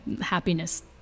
happiness